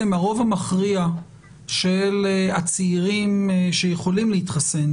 הרוב המכריע של הצעירים שיכולים להתחסן,